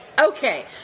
Okay